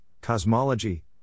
cosmology